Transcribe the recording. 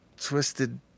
twisted